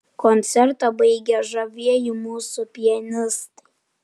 koncertą baigė žavieji mūsų pianistai